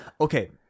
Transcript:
Okay